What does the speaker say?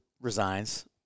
resigns